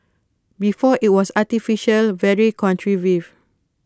before IT was artificial very contrived